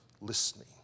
listening